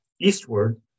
eastward